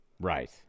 Right